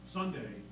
Sunday